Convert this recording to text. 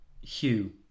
Hugh